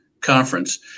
conference